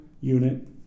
unit